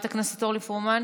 חברת הכנסת אורלי פרומן.